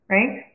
Right